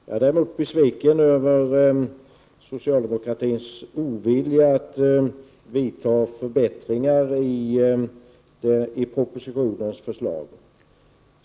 Jag är däremot besviken över socialdemokratins ovilja att vidta förbättringar i propositionens förslag.